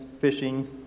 fishing